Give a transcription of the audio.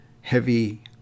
heavy